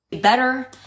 Better